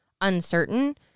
uncertain